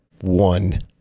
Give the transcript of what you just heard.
One